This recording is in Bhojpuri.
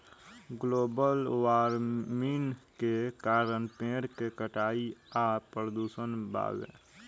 ग्लोबल वार्मिन के कारण पेड़ के कटाई आ प्रदूषण बावे